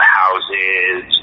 houses